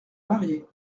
mariés